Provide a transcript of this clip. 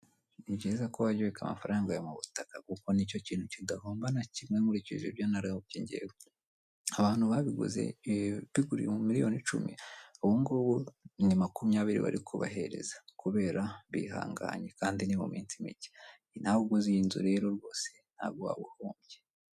Ni byiza ko wajya ubika amafaranga yawe mu butaka kuko nicyo kintu kidahombana na kimwe nkurikije ibyo narebye njyewe, abantu babiguze miliyoni icumi ubu ngubu ni makumyabiri bari kubahereza kubera bihanganye kandi ni mu minsi mike, nawe uguze iyi nzu rero rwose ntago waba uhombye.